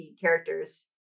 characters